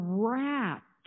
wrapped